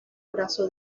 brazo